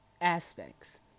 aspects